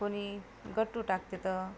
कोणी गट्टू टाकते तर